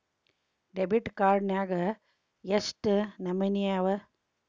Debit card ನ್ಯಾಗ್ ಯೆಷ್ಟ್ ನಮನಿ ಅವ?